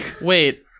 Wait